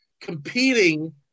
competing